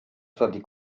stati